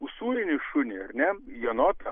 usūrinį šunį ar ne jenotą